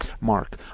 Mark